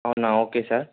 అవునా okay sir